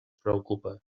preocupa